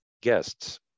guests